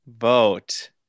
vote